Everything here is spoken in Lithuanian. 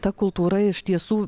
ta kultūra iš tiesų